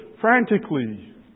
frantically